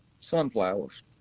sunflowers